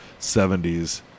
70s